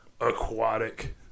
aquatic